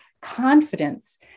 confidence